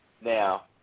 Now